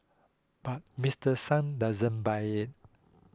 but Mister Sung doesn't buy it